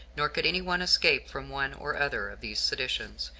nor could any one escape from one or other of these seditions,